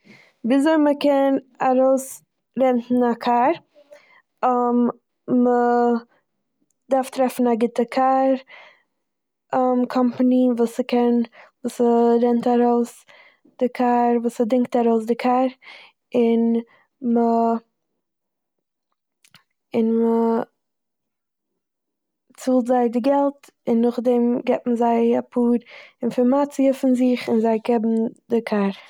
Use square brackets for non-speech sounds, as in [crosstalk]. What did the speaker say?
וויזוי מ'קען ארויסרענטן א קאר. [hesitation] מ'דארף טרעפן א גוטע קאר [hesitation] קאמפאני וואס ס'קען- וואס ס'רענט ארויס די קאר- וואס ס'דינגט ארויס די קאר, און מ'- [noise] און מ'צאלט געלט, און נאכדעם געט מען זיי אפאר אינפערמאציע פון זיך און זיי געבן די קאר.